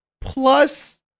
plus